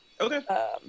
Okay